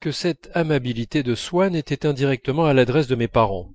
que cette amabilité de swann était indirectement à l'adresse de mes parents